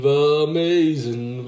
amazing